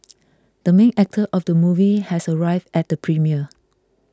the main actor of the movie has arrived at the premiere